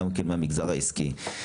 גם מהמגזר העיסקי,